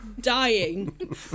dying